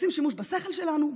עושים שימוש בשכל שלנו,